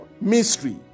mystery